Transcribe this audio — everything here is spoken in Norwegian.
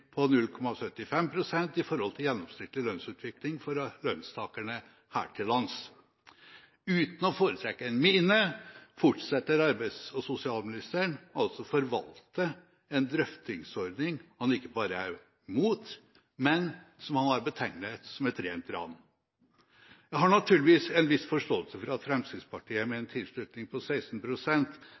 på 0,75 pst. i forhold til gjennomsnittlig lønnsutvikling for lønnstakerne her til lands. Uten å fortrekke en mine fortsetter arbeids- og sosialministeren å forvalte en drøftingsordning han ikke bare er imot, men som han har betegnet som et rent ran. Jeg har naturligvis en viss forståelse for at Fremskrittspartiet med en tilslutning på